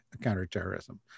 counterterrorism